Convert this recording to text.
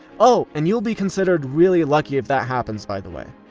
oh, and you'll be considered really lucky if that happens by the way!